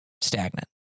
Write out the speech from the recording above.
stagnant